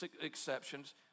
exceptions